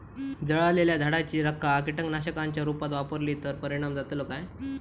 जळालेल्या झाडाची रखा कीटकनाशकांच्या रुपात वापरली तर परिणाम जातली काय?